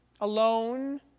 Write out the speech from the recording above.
alone